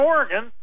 Oregon